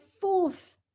fourth